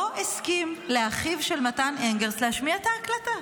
לא הסכים שאחיו של מתן אנגרסט ישמיע את ההקלטה,